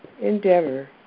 endeavor